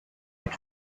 had